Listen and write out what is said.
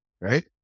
right